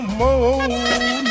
more